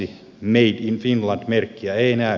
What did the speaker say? made in finland merkkiä ei näy